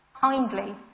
kindly